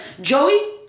Joey